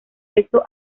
resto